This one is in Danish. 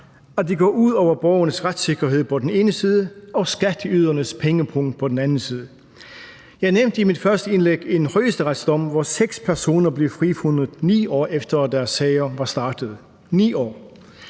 at det går ud over borgernes retssikkerhed på den ene side og skatteydernes pengepung på den anden side. Jeg nævnte i mit første indlæg en højesteretsdom, hvor seks personer blev frifundet, 9 år efter deres sager var begyndt – 9 år.